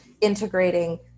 integrating